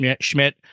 Schmidt